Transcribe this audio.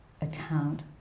account